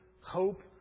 hope